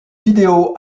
vidéo